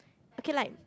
okay like